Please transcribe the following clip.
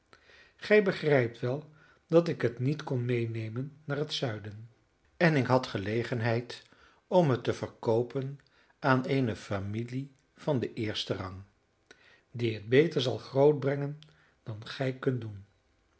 gij begrijpt wel dat ik het niet kon meenemen naar het zuiden en ik had gelegenheid om het te verkoopen aan eene familie van den eersten rang die het beter zal grootbrengen dan gij kunt doen